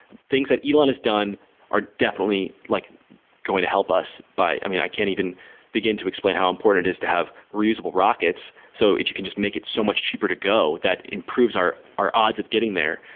things that elon has done are definitely like going to help us by i mean, i can't even begin to explain how important it is to have reusable rockets. so if you can just make it so much cheaper to go, that improves our our odds of getting there.